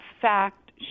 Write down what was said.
fact